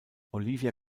olivia